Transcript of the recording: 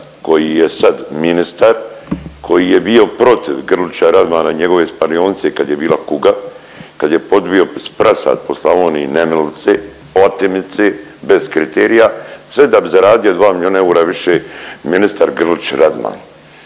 koji je sad ministar, koji je bio protiv Grlića Radmana i njegove spalionice kad je bila kuga, kad je pobio prasad po Slavoniji nemilice, otimice bez kriterija, sve da bi zaradio 2 milijuna eura više ministar Grlić Radman.